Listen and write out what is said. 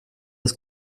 das